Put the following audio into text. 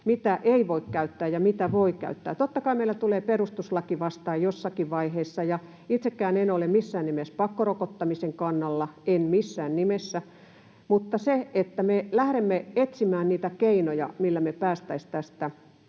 mitä ei voi käyttää ja mitä voi käyttää. Totta kai meillä tulee perustuslaki vastaan jossakin vaiheessa, ja itsekään en ole missään nimessä pakkorokottamisen kannalla, en missään nimessä, mutta meidän pitää lähteä etsimään niitä keinoja, joilla me pääsisimme tästä